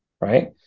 right